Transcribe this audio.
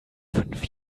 fünf